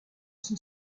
son